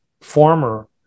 former